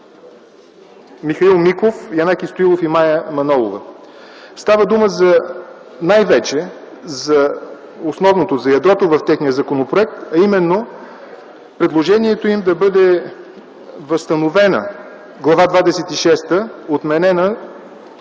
Михаил Миков, Янаки Стоилов и Мая Манолова. Става дума най-вече за основното, за ядрото в техния законопроект, а именно предложението им да бъде възстановена Глава двадесет